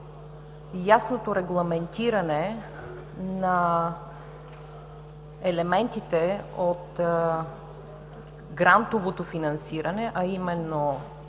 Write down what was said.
ясното регламентиране на елементите от грантовото финансиране, а именно